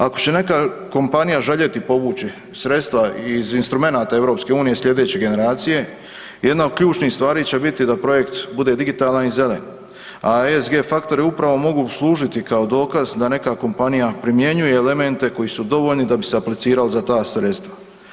Ako će neka kompanija željeti povući sredstva iz instrumenata EU sljedeće generacije, jedna od ključnih stvari će biti da projekt bude digitalan i zelen, a ESG faktori upravo mogu služiti kao dokaz da neka kompanija primjenjuje elemente koji su dovoljni da bi se aplicirali za ta sredstva.